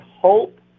hope